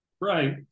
Right